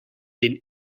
den